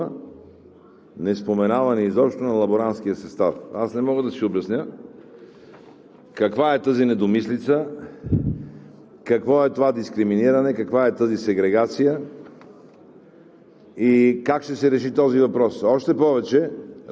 липсата на една дума, неспоменавана изобщо – на лаборантския състав. Аз не мога да си обясня каква е тази недомислица? Какво е това дискриминиране? Каква е тази сегрегация?